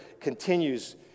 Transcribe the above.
continues